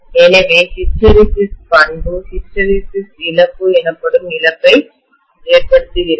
எனவே இந்த ஹிஸ்டெரெசிஸ் பண்பு ஹிஸ்டெரெசிஸ் இழப்பு எனப்படும் இழப்பை ஏற்படுத்துகிறது